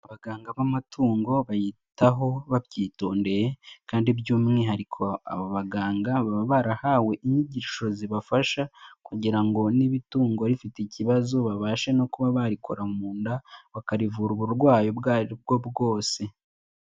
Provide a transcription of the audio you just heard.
Abaganga b'amatungo bayitaho babyitondeye, kandi by'umwihariko aba baganga baba barahawe inyigisho zibafasha, kugira ngo niba itungo rifite ikibazo, babashe no kuba barikora mu nda, bakarivura uburwayi ubwo aribwo bwose.